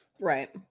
right